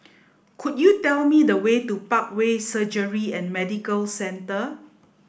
could you tell me the way to Parkway Surgery and Medical Centre